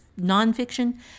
nonfiction